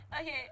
Okay